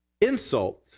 insult